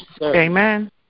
Amen